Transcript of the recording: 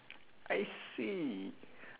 I see